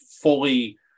fully